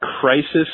crisis